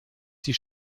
die